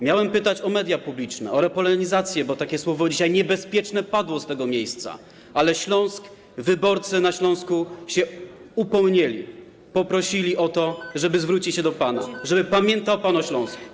Miałem pytać o media publiczne, o repolonizację, bo takie słowo niebezpieczne dzisiaj padło z tego miejsca, ale Śląsk, wyborcy na Śląsku się upomnieli, poprosili o to, żeby zwrócić się do pana, żeby pamiętał pan o Śląsku.